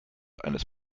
eines